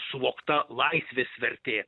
suvokta laisvės vertė